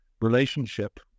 relationship